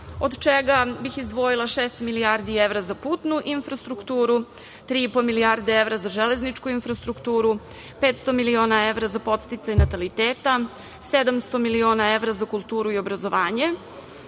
od čega bih izdvojila šest milijardi evra za putnu infrastrukturu, tri i po milijarde evra za železničku infrastrukturu, 500 miliona evra za podsticaj nataliteta, 700 miliona evra za kulturu i obrazovanje